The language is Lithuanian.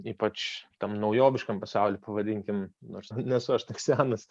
ypač tam naujoviškam pasauly pavadinkim nors nesu aš toks senas